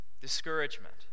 Discouragement